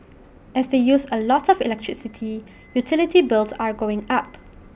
as they use A lot of electricity utility bills are going up